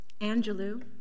Angelou